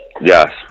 Yes